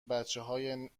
بچههای